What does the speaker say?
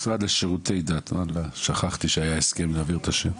המשרד לשירותי דת, שכחתי שהיה הסכם להעביר את השם.